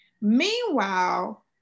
Meanwhile